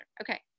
Okay